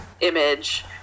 image